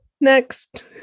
Next